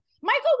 michael